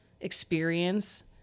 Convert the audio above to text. experience